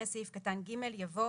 אחרי סעיף קטן (ג) יבוא: